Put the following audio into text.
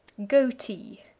goatee.